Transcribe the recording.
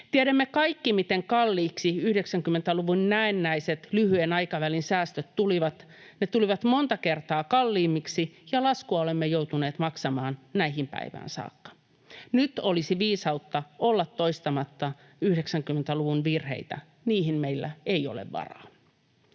Tiedämme kaikki, miten kalliiksi 90-luvun näennäiset lyhyen aikavälin säästöt tulivat. Ne tulivat monta kertaa kalliimmiksi, ja laskua olemme joutuneet maksamaan näihin päiviin saakka. Nyt olisi viisautta olla toistamatta 90-luvun virheitä, niihin meillä ei ole varaa.